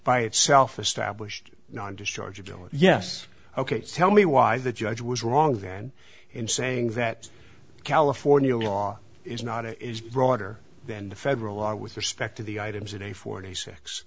by itself established non dischargeable yes ok tell me why the judge was wrong then in saying that california law is not it is broader than the federal law with respect to the items in a forty six